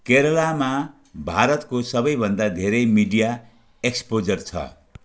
केरलमा भारतको सबैभन्दा धेरै मिडिया एक्सपोजर छ